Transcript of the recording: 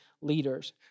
leaders